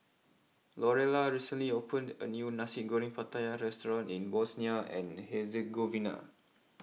Lorelai recently opened a new Nasi Goreng Pattaya restaurant in Bosnia and Herzegovina